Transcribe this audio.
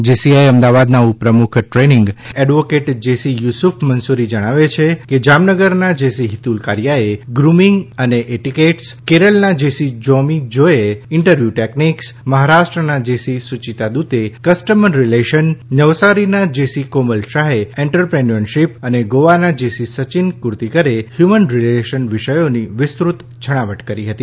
JCI અમદાવાદના ઉપપ્રમુખ training advocate JC Yusuf Mansuri જણાવે છે કે જામનગરના જેસી હિતુલ કારીયાએ ગુમીંગ અને એટીકેટ્સ કેરલના જેસી જોબી જોયે ઈન્ટવ્યું ટેકનીકલ મહારાષ્ટ્રના જેસી સુચિતા દ્રતે કસ્ટમર રિલેશન નવસારીના જેસી કોમલ શાહે એન્ટરપ્રેન્યોનશીપ અને ગોવાના જેસી સચિન કુરતીકરે હ્યુમન રીલેશન વિષયોની વિસ્તૃત છણાવટ કર હતી